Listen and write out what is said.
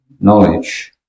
knowledge